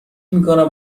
میکنم